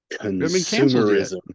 consumerism